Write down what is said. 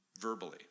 verbally